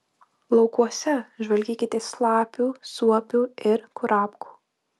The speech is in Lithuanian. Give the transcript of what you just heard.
laukuose žvalgykitės lapių suopių ir kurapkų